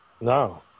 No